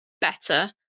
better